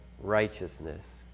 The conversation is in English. righteousness